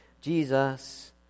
Jesus